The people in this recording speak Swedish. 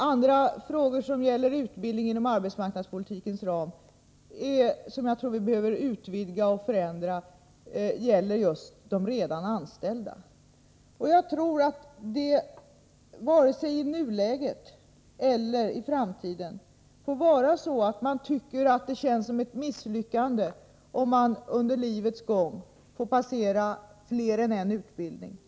Andra frågor i fråga om utbildning inom arbetsmarknadspolitikens ram som vi måste förändra gäller de redan anställda. Jag tror att det varken i nuläget eller i framtiden får vara så att man tycker att det är ett misslyckande om man under livets gång får genomgå fler än en utbildning.